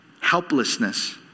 helplessness